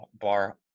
bar